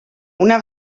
una